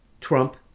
Trump